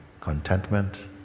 contentment